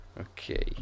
Okay